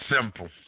simple